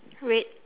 red